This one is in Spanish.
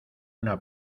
una